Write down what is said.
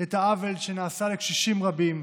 את העוול שנעשה לקשישים רבים,